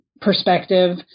perspective